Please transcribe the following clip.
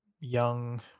young